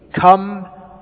come